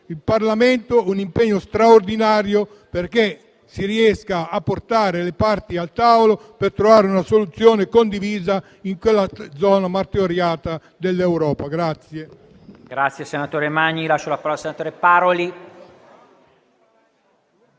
il richiamo a un impegno straordinario perché si riescano a portare le parti al tavolo per trovare una soluzione condivisa in quella zona martoriata dell'Europa.